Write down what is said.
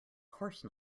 course